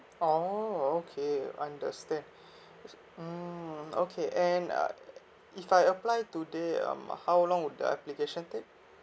oh okay understand I see mmhmm okay and uh if I apply today um how long would the application take